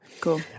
Cool